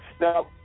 Now